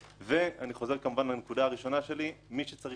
ואני חוזר לנקודה הראשונה שלי מי שצריך לבצע